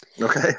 Okay